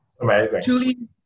amazing